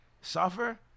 Suffer